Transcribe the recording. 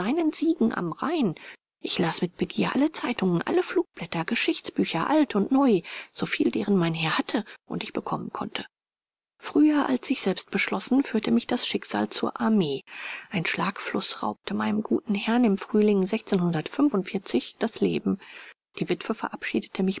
siegen am rhein ich las mit begier alle zeitungen alle flugblätter geschichtsbücher alt und neu soviel deren mein herr hatte und ich bekommen konnte früher als ich selbst beschlossen führte mich das schicksal zur armee ein schlagfluß raubte meinem guten herrn im frühling das leben die witwe verabschiedete